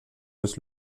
des